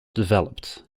developed